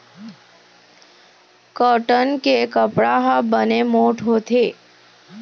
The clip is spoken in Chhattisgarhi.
कॉटन के कपड़ा ह बने मोठ्ठ होथे